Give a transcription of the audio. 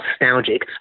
nostalgic